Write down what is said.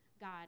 God